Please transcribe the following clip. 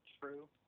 True